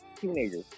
teenagers